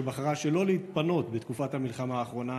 שבחרה שלא להתפנות בתקופת המלחמה האחרונה,